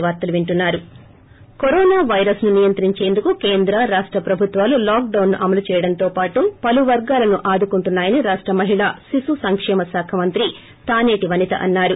break corona virus ను నియంత్రించేందుకు కేంద్ర రాష్ట ప్రభుత్వాలు లాక్ డౌన్ ను అమలు చేయడంతో పాటు పలు వర్గాలను ఆదుకుంటున్నాయని రాష్ట మహిళా శిశు సంకేమ శాఖ మంత్రి తానేటి వనిత అన్నారు